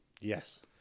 Yes